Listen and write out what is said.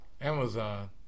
Amazon